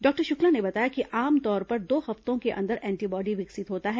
doctor Shukla ने बताया कि आमतौर पर दो हफ्तों के अंदर एंटीबॉडी विकसित होता है